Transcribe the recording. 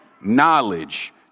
knowledge